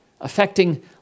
affecting